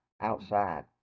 outside